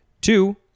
two